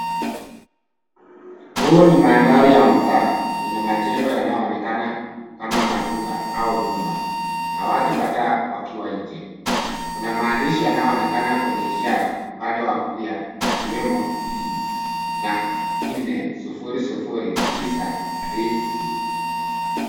Huu ni mandhari ya mtaa yenye majengo yanayoonekana kama maduka au nyumba na watu kadhaa wakiwa nje. Kuna maandishi yanayoonekana kwenye ishara upande wa kulia, yakiwemo pee na nne, sufuri, sufuri, tisa ridhi.